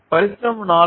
పరిశ్రమ 4